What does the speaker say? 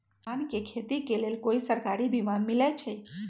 धान के खेती के लेल कोइ सरकारी बीमा मलैछई?